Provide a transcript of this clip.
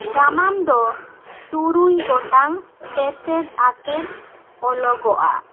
ᱜᱟᱢᱟᱢ ᱫᱚ ᱛᱩᱨᱩᱭ ᱜᱚᱴᱟᱝ ᱛᱮᱛᱮᱫᱽ ᱟᱛᱮᱫ ᱚᱞᱚᱜᱚᱜᱼᱟ